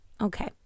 Okay